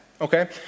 okay